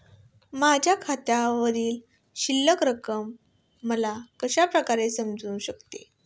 माझ्या खात्यावरची शिल्लक रक्कम मला कशा प्रकारे समजू शकते?